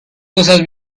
cosas